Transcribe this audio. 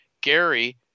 gary